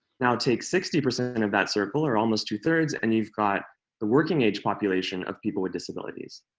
now take sixty percent and of that circle, or almost two three, and you've got the working-age population of people with disabilities.